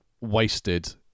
wasted